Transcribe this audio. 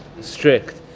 strict